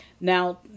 Now